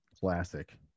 classic